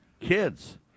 kids